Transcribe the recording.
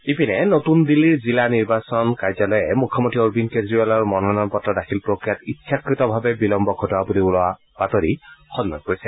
ইপিনে নতুন দিল্লীৰ জিলা নিৰ্বাচন কাৰ্যালয়ে মুখ্যমন্ত্ৰী অৰবিন্দ কেজৰিৱালৰ মনোনয়ন পত্ৰ দাখিল প্ৰক্ৰিয়াত ইচ্ছাকতভাৱে বিলম্ব ঘটোৱা বুলি ওলোৱা বাতৰি খণ্ডন কৰিছে